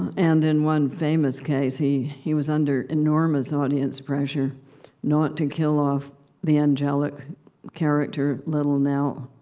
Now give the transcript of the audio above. and in one famous case, he he was under enormous audience pressure not to kill off the angelic character little nell.